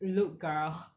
look girl